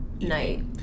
night